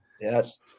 Yes